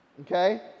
Okay